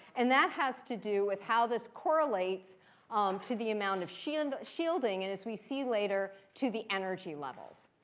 and that has to do with how this correlates um to the amount of and shielding, and as we see later, to the energy levels.